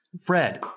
Fred